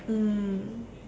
mm